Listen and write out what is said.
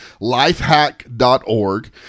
lifehack.org